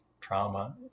trauma